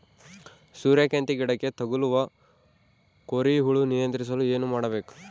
ಸೂರ್ಯಕಾಂತಿ ಗಿಡಕ್ಕೆ ತಗುಲುವ ಕೋರಿ ಹುಳು ನಿಯಂತ್ರಿಸಲು ಏನು ಮಾಡಬೇಕು?